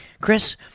Chris